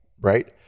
right